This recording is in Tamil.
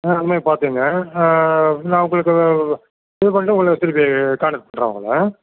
ஆ அ மாதிரி பார்த்தீங்க நான் உங்களுக்கு பே பண்ணிட்டு உங்களை திருப்பி காண்டக்ட் பண்ணுறேன் உங்களை